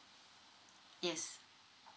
yes